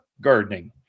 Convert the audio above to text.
gardening